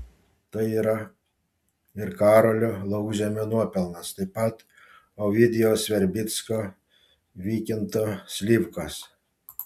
tai yra ir karolio laukžemio nuopelnas taip pat ovidijaus verbicko vykinto slivkos